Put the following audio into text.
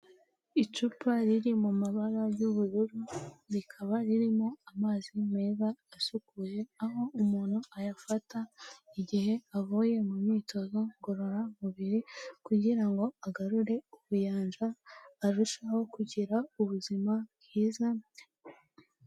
Icupa riri mu mabara y'ubururu, rikaba ririmo amazi meza asukuye aho umuntu ayafata igihe avuye mu myitozo ngororamubiri kugira ngo agarure ubuyanja arusheho kugira ubuzima bwiza.